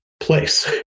place